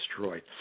destroyed